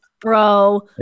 bro